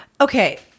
Okay